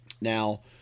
now